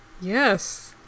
Yes